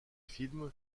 film